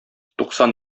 туксан